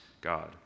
God